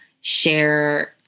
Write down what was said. share